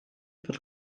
von